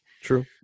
true